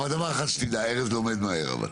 אבל, דבר אחד שתדע, ארז לומד מהר אבל.